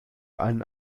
einen